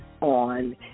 on